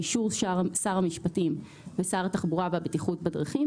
באישור שר המשפטים ושר התחבורה והבטיחות בדרכים,